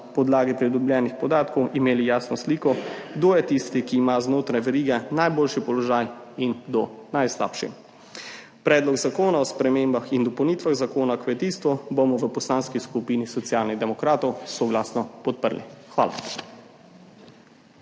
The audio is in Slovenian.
podlagi pridobljenih podatkov imeli jasno sliko, kdo je tisti, ki ima znotraj verige najboljši položaj in kdo najslabšega. Predlog zakona o spremembah in dopolnitvah Zakona o kmetijstvu bomo v Poslanski skupini Socialnih demokratov soglasno podprli. Hvala.